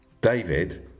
David